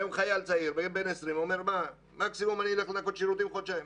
חייל צעיר בן 20 אומר שמקסימום הוא ילך לנקות שירותים חודשיים,